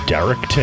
Derek